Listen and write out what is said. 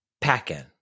pack-in